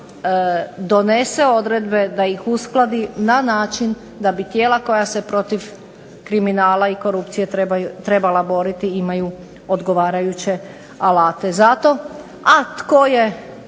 donese odredbe, da ih uskladi na način da bi tijela koja se protiv kriminala i korupcije trebala boriti imaju odgovarajuće alate za to. A tko je